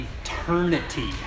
eternity